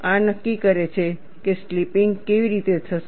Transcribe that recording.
આ નક્કી કરે છે કે સ્લિપિંગ કેવી રીતે થશે